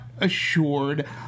assured